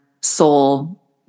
soul